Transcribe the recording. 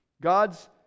God's